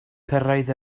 cyrraedd